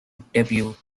debut